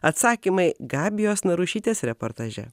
atsakymai gabijos narušytės reportaže